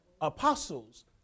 Apostles